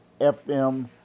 FM